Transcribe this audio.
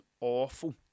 awful